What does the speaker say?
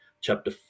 chapter